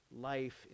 Life